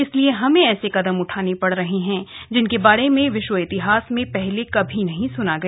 इसलिए हमें ऐसे कदम उठाने पड़ रहे हैं जिनके बारे में विश्व इतिहास में पहले कभी नहीं सुना गया